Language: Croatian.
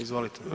Izvolite.